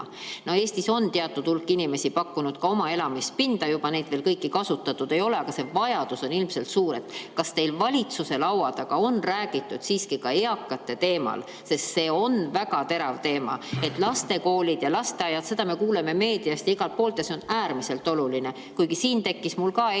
Eestis on teatud hulk inimesi pakkunud ka juba oma elamispinda, neid kõiki veel kasutatud ei ole, aga see vajadus on ilmselt suur. Kas teil valitsuse laua taga on räägitud siiski ka eakate teemal? Sest see on väga terav teema! Koolid ja lasteaiad, seda me kuuleme meediast ja igalt poolt, ja see on äärmiselt oluline. Kuigi siin tekkis mul ka eile